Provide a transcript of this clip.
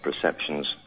perceptions